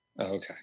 okay